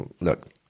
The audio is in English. look